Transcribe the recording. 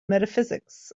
metaphysics